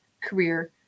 career